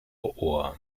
ohr